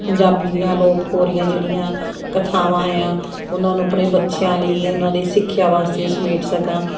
ਪੰਜਾਬੀ ਦੀਆਂ ਅਲੋਪ ਹੋ ਰਹੀਆਂ ਜਿਹੜੀਆਂ ਕਥਾਵਾਂ ਆ ਉਹਨਾਂ ਨੂੰ ਆਪਣੇ ਬੱਚਿਆਂ ਲਈ ਉਹਨਾਂ ਦੀ ਸਿੱਖਿਆ ਵਾਸਤੇ ਸਮੇਟ ਸਕਾਂ